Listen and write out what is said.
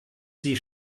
sie